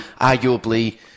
arguably